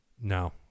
No